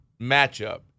matchup